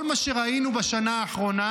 כל מה שראינו בשנה האחרונה,